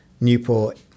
newport